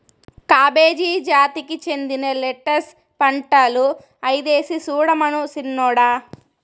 cabbage జాతికి చెందిన lettuce పంటలు ఐదేసి సూడమను సిన్నోడా